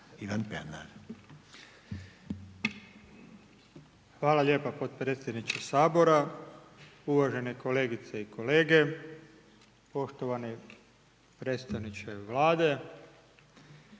(Živi zid)** Hvala lijepo potpredsjedniče Sabora. Uvažene kolegice i kolege, poštovani predstavniče Vlade,